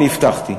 אני הבטחתי,